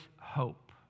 hope